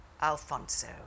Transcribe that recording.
Alfonso